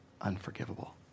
unforgivable